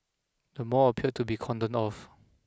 the mall appeared to be cordoned off